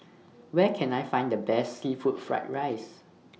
Where Can I Find The Best Seafood Fried Rice